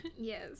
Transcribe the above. Yes